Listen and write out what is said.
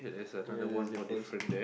you know this difference